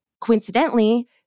coincidentally